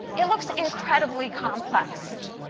it looks incredibly complex.